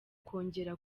kongera